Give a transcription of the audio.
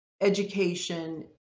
education